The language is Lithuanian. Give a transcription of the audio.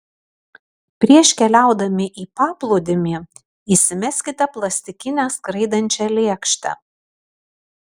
prieš keliaudami į paplūdimį įsimeskite plastikinę skraidančią lėkštę